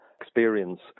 experience